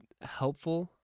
helpful